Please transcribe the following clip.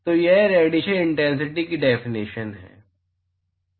तो यह radiation intensity की डेफिनेशन है